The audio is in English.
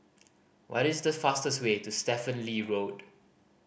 what is the fastest way to Stephen Lee Road